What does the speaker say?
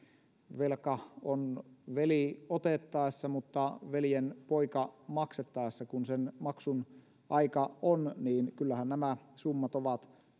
velka on veli otettaessa mutta veljenpoika maksettaessa kun sen maksun aika on kyllähän nämä summat ovat